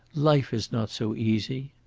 life is not so easy.